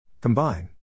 Combine